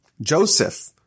Joseph